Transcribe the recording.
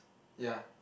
ya